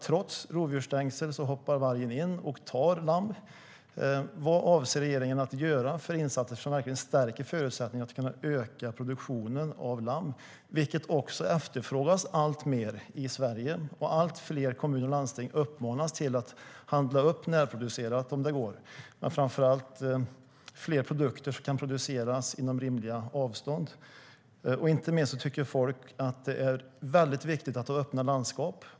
Trots rovdjursstängsel hoppar vargen in och tar lamm. Vilka insatser avser regeringen att göra som verkligen stärker förutsättningarna för att kunna öka produktionen av lamm? Detta efterfrågas alltmer i Sverige. Allt fler kommuner och landsting uppmanas att handla upp närproducerat om det går, men framför allt fler produkter som kan produceras inom rimliga avstånd. Inte minst tycker folk att det är väldigt viktigt att ha öppna landskap.